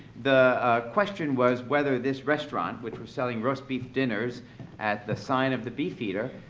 the question was whether this restaurant which was selling roast beef dinners at the sign of the beefeater,